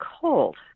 cold